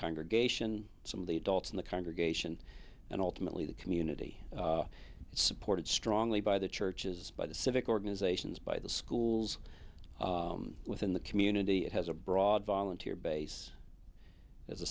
congregation some of the adults in the congregation and ultimately the community supported strongly by the churches by the civic organizations by the schools within the community it has a broad volunteer base as a